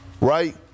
right